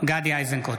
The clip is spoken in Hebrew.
גדי איזנקוט,